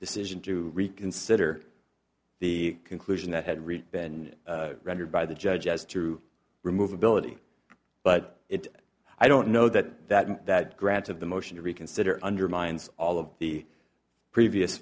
decision to reconsider the conclusion that had really been rendered by the judge as to remove ability but it's i don't know that that that granted the motion to reconsider undermines all of the previous